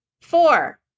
Four